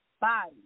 body